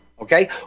okay